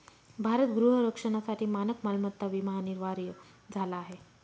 भारत गृह रक्षणासाठी मानक मालमत्ता विमा अनिवार्य झाला आहे